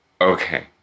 Okay